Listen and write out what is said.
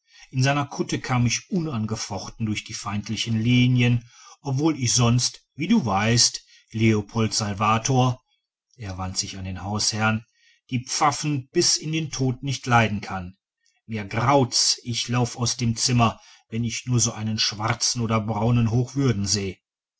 in seiner kutte kam ich unangefochten durch die feindlichen linien obwohl ich sonst wie du weißt leopold salvator er wandte sich an den hausherrn die pfaffen bis in den tod nicht leiden kann mir graut's ich lauf aus dem zimmer wenn ich nur so einen schwarzen oder braunen hochwürdigen seh